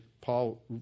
Paul